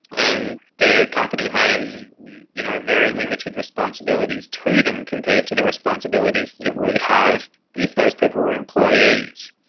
and the company has you know very limited responsibilities to them compared to the responsibilities that it would have if those people were employees.